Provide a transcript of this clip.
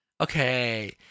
Okay